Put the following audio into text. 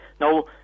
Now